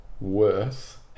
worth